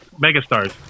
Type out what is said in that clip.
megastars